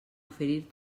oferir